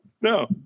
No